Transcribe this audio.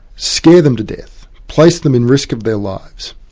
scare them to death, place them in risk of their lives,